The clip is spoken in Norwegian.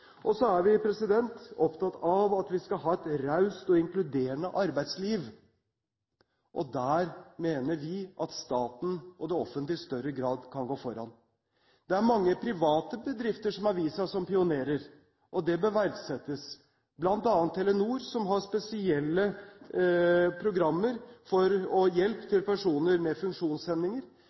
Og så er vi opptatt av at vi skal ha et raust og inkluderende arbeidsliv. Der mener vi at staten og det offentlige i større grad kan gå foran. Det er mange private bedrifter som har vist seg som pionerer. Det bør verdsettes. Blant annet gjelder det Telenor, som har spesielle programmer for å hjelpe personer med